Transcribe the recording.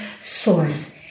source